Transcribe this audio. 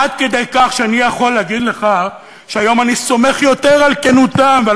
עד כדי כך שאני יכול להגיד לך שהיום אני סומך יותר על כנותן ועל